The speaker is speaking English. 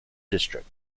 district